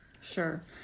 Sure